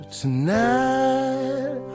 tonight